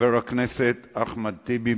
חבר הכנסת אחמד טיבי,